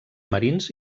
marins